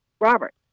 Robert